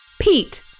Pete